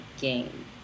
game